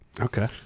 Okay